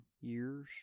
Years